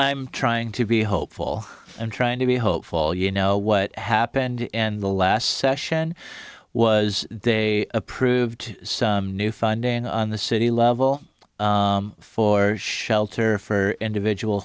i'm trying to be hopeful and trying to be hopeful you know what happened in the last session was they approved some new funding on the city level for shelter for individual